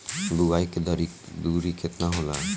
बुआई के दुरी केतना होला?